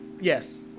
Yes